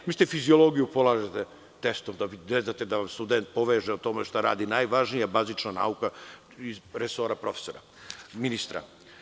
Zamislite fiziologiju da polažete testom, da student ne zna da vam poveže o tome šta radi najvažnija bazična nauka iz resora profesora, ministra.